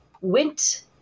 went